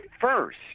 first